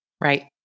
Right